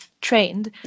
trained